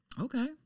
Okay